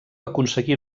aconseguí